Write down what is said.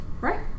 right